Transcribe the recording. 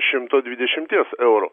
šimto dvidešimties eurų